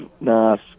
nice